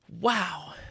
Wow